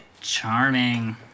Charming